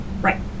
right